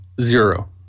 zero